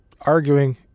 arguing